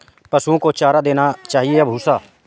पशुओं को चारा देना चाहिए या भूसा?